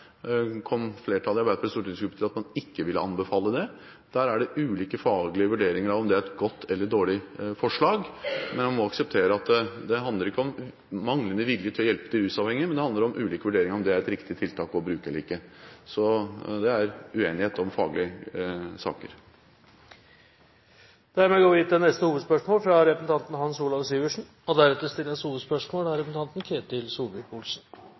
kom flertallet i Arbeiderpartiets stortingsgruppe til at man ikke ville anbefale det. Der er det ulike faglige vurderinger av om det er et godt eller dårlig forslag, men man må akseptere at det ikke handler om manglende vilje til å hjelpe de rusavhengige. Det handler om ulike vurderinger av om det er et riktig tiltak å bruke eller ikke. Så her er det uenighet om faglige saker. Vi går til neste hovedspørsmål. Fra